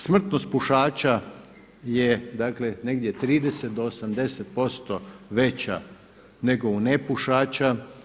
Smrtnost pušača je, dakle negdje od 30 do 80% veća nego u nepušača.